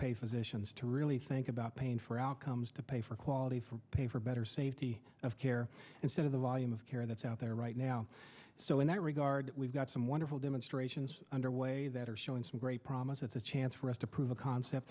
pay physicians to really think about paying for outcomes to pay for quality for pay for better safety of care instead of the volume of care that's out there right now so in that regard we've got some wonderful demonstrations underway that are showing some great promise at the chance for us to prove the concept